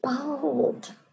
bold